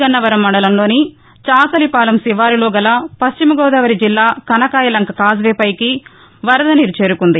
గన్నవరం మండలంలోని చాకలిపాలెం శివారులో గల పశ్చిమ గోదావరి జిల్లా కనకాయలంక కాజ్ వే పైకి వరదనీరు చేరుకుంది